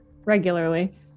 regularly